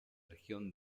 región